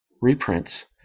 reprints